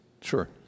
Sure